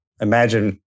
imagine